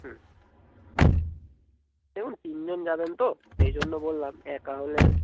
হুম দেখুন তিনজন যাবেন তো সেই জন্য বললাম একা হলে